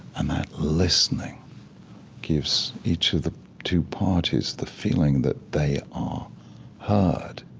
and that listening gives each of the two parties the feeling that they are heard,